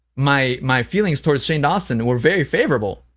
my my feelings towards shane dawson were very favorable,